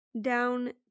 down